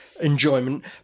enjoyment